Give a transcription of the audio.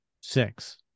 six